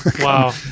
Wow